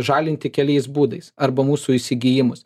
žalinti keliais būdais arba mūsų įsigijimus